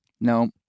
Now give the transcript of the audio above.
no